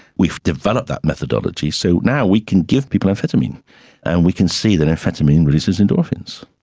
we've developed that methodology, so now we can give people amphetamine and we can see that amphetamine releases endorphins.